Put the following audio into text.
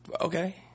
Okay